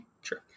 Sure